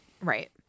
Right